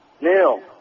Neil